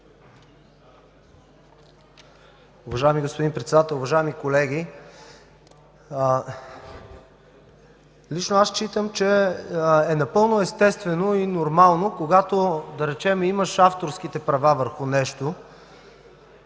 Уважаеми господин председател, уважаеми колеги, лично аз считам, че е напълно естествено и нормално, когато, да речем, имаш авторските права върху нещо,